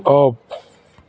off